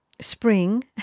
spring